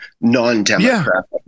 non-democratic